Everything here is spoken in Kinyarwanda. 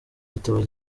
gitabo